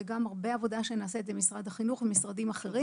זה גם הרבה עבודה שנעשית במשרד החינוך ובמשרדים אחרים.